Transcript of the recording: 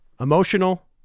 Emotional